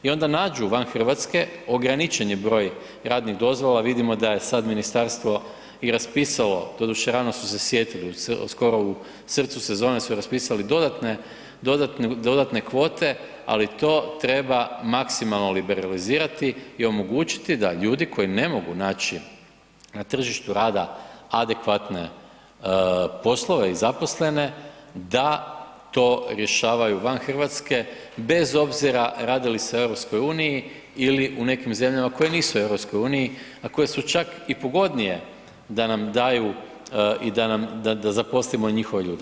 I onda nađu van Hrvatske, ograničen je broj radnih dozvola, vidimo da je sad ministarstvo i raspisalo, doduše rano su se sjetili skoro u srcu sezone su raspisali dodatne kvote, ali to treba maksimalno liberalizirati i omogućiti da ljudi koji ne mogu naći na tržištu rada adekvatne poslove i zaposlene, da to rješavaju van Hrvatske, bez obzira radi li se o EU ili o nekim zemljama koje nisu u EU, a koje su čak i pogodnije da nam daju, da zaposlimo njihove ljude.